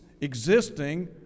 existing